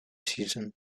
season